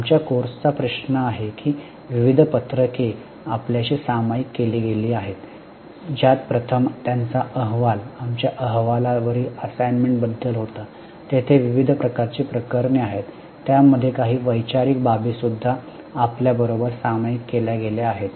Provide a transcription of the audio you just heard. आमच्या कोर्सचा प्रश्न आहे की विविध पत्रके आपल्याशी सामायिक केली गेली आहेत ज्यात प्रथम त्यांचा अहवाल आमच्या अहवालावरील असाईनमेंट बद्दल होता तेथे विविध प्रकारची प्रकरणे आहेत त्यामध्ये काही वैचारिक बाबीसुद्धा आपल्याबरोबर सामायिक केल्या गेल्या आहेत